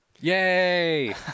Yay